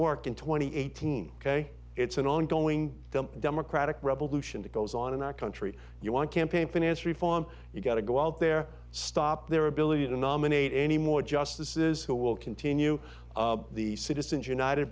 can twenty eighteen ok it's an ongoing democratic revolution that goes on in our country you want campaign finance reform you've got to go out there stop their ability to nominate any more justices who will continue the citizens united